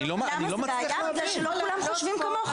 אני לא מצליח להבין.